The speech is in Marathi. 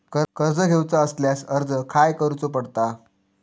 कर्ज घेऊचा असल्यास अर्ज खाय करूचो पडता?